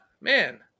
Man